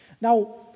Now